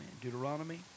Deuteronomy